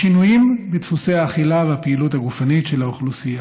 היא השינויים בדפוסי האכילה והפעילות הגופנית של האוכלוסייה.